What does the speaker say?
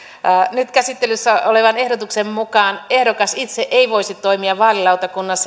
nyt käsittelyssä olevan ehdotuksen mukaan ehdokas itse ei voisi toimia vaalilautakunnassa